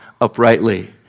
uprightly